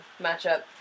matchup